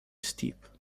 steep